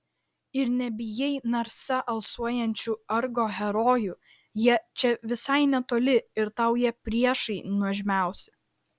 ir nebijai narsa alsuojančių argo herojų jie čia visai netoli ir tau jie priešai nuožmiausi